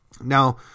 Now